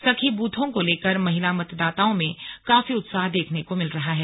सखी ब्रथों को लेकर महिला मतदाताओं में काफी उत्साह देखने को मिल रहा है